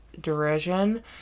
derision